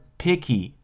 picky